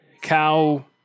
cow